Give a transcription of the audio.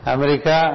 America